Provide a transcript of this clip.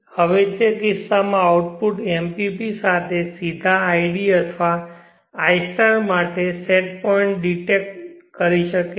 હવે તે કિસ્સામાં આઉટપુટ MPP માટે સીધા id અથવા i માટે સેટ પોઇન્ટ ડિક્ટેટ કરી શકે છે